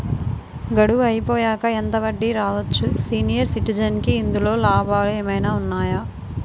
గడువు అయిపోయాక ఎంత వడ్డీ రావచ్చు? సీనియర్ సిటిజెన్ కి ఇందులో లాభాలు ఏమైనా ఉన్నాయా?